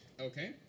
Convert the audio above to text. Okay